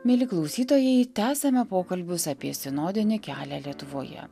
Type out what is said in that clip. mieli klausytojai tęsiame pokalbius apie sinodinį kelią lietuvoje